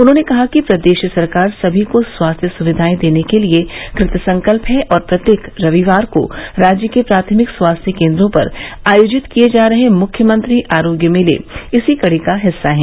उन्होंने कहा कि प्रदेश सरकार सभी को स्वास्थ्य सुविधाएं देने के लिए कृतसंकल्प है और प्रत्येक रविवार को राज्य के प्राथमिक स्वास्थ्य केंद्रों पर आयोजित किए जा रहे मुख्यमंत्री आरोग्य मेले इसी कड़ी का हिस्सा हैं